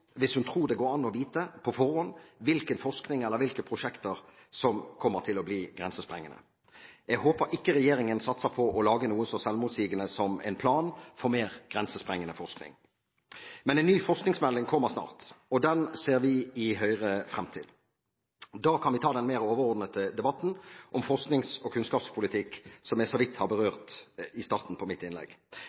hvis hun tror det går an å vite på forhånd hvilken forskning eller hvilke prosjekter som kommer til å bli grensesprengende. Jeg håper ikke regjeringen satser på å lage noe så selvmotsigende som en plan for mer grensesprengende forskning. Men en ny forskningsmelding kommer snart, og den ser vi i Høyre frem til. Da kan vi ta den mer overordnede debatten om forsknings- og kunnskapspolitikk som jeg så vidt berørte i starten av mitt innlegg.